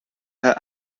her